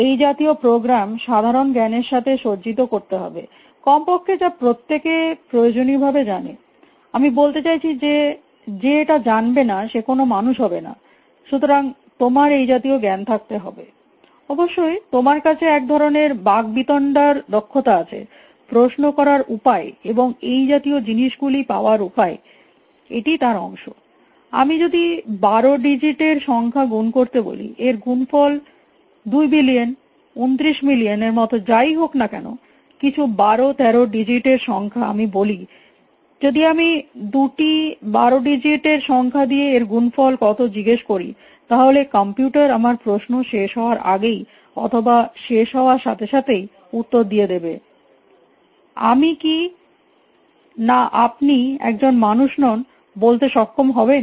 এই জাতীয় প্রোগ্রাম সাধারণ জ্ঞানের সাথে সজ্জিত করতে হবে কমপক্ষে যা প্রত্যেকে প্রয়োজনীয়ভাবে জানে আমি বলতে চাইছি যে এটা জানবে না সে কোন মানুষ হবে নাসুতরাং তোমার এই জাতীয় জ্ঞান থাকতে হবে অবশ্যই তোমার কাছে একধরণের বাকবিতন্ডার দক্ষতা আছে প্রশ্ন করার উপায় এবং এই জাতীয় জিনিসগুলি পাওয়ার উপায় এটিই এর অংশআমি যদি 12 ডিজিট এর সংখ্যা গুণ করতে বলি এর গুণফল 2 বিলিয়ন 29 মিলিয়ন এর মত যাই হোক না কেন কিছু 1213 ডিজিট এর সংখ্যা আমি বলি যদি আমি 2টি 12 ডিজিট এর সংখ্যা দিয়ে এর গুণফল কত জিগেস করি তাহলে কম্পিউটার আমার প্রশ্ন শেষ হওয়ার আগেই অথবা শেষ হওয়ার সাথে সাথেই উত্তর দিয়ে দেবেআমি কি নানা আপনি একজন মানুষ নন বলতে সক্ষম হবেন